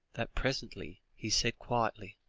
that presently he said quietly